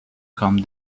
come